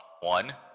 one